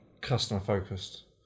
customer-focused